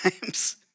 times